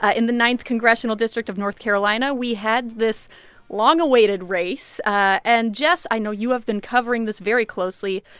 ah in the ninth congressional district of north carolina, we had this long-awaited race. and, jess, i know you have been covering this very closely.